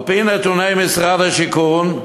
על-פי נתוני משרד השיכון,